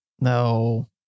No